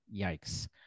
yikes